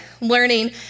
learning